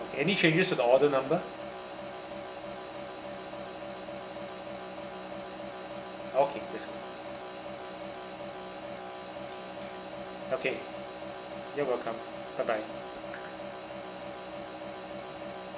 any changes to the order number okay that's good okay you're welcome bye bye